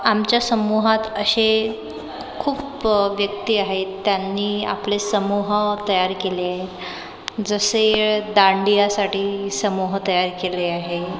आमच्या समूहात असे खूप व्यक्ती आहेत त्यांनी आपले समूह तयार केले जसे दांडियासाठी समूह तयार केले आहे